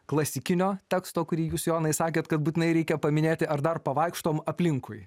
klasikinio teksto kurį jūs jonai sakėt kad būtinai reikia paminėti ar dar pavaikštom aplinkui